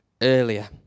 earlier